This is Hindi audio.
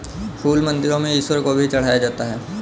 फूल मंदिरों में ईश्वर को भी चढ़ाया जाता है